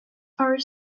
are